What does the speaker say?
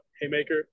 Haymaker